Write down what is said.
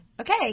Okay